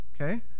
okay